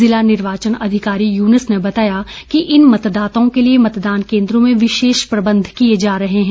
ज़िला निर्वाचन अधिकारी युनुस ने बताया कि इन मतदाताओं के लिए मतदान केन्द्रों में विशेष प्रबंध किए जा रहे हैं